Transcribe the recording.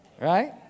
Right